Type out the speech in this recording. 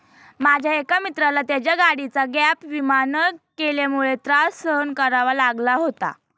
माझ्या एका मित्राला त्याच्या गाडीचा गॅप विमा न केल्यामुळे त्रास सहन करावा लागला होता